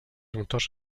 motors